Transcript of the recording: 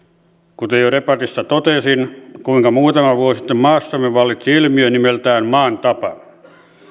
jo debatissa totesin kuinka muutama vuosi sitten maassamme vallitsi ilmiö nimeltään maan tapa